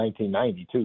1992